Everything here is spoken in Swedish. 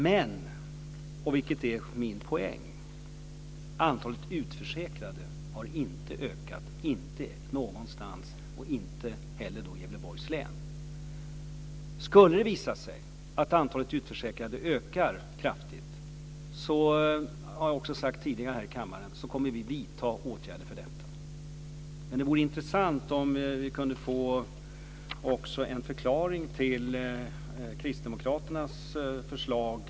Men - och det är min poäng - antalet utförsäkrade har inte ökat, inte någonstans och inte heller i Gävleborgs län. Skulle det visa sig att antalet utförsäkrade ökar kraftigt kommer vi - och det har jag sagt tidigare här i kammaren - att vidta åtgärder för detta. Det vore intressant om jag kunde få en förklaring till Kristdemokraternas förslag.